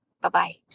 Bye-bye